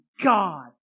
God